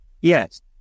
yes